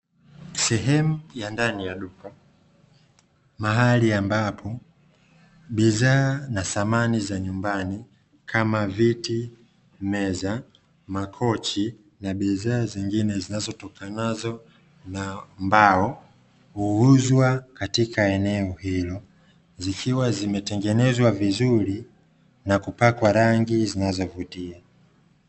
Sehemu ya ndani ya duka, mahali ambapo bidhaa na samani za nyumbani, kama; viti, meza, makochi na bidhaa zingine zinazotokanazo na mbao, huuzwa katika eneo hilo, zikiwa zimetengenezwa vizuri na kupakwa rangi zinazovutia.